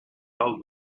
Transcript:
how